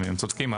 הם צודקים.